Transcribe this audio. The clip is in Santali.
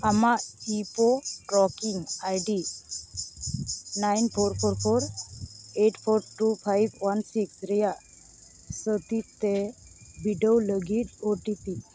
ᱟᱢᱟᱜ IPO tracking ID nine four four four eight four two five one six ᱨᱮᱭᱟᱜ ᱥᱟᱹᱛᱷᱤᱛᱮ ᱵᱤᱰᱟᱹᱣ ᱞᱟᱹᱜᱤᱫ ᱳ ᱴᱤ ᱯᱤ